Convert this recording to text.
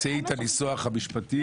תמצאי את הניסוח המשפטי.